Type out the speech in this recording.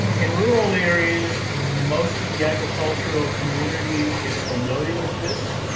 in rural areas, most of the agricultural community is familiar with this.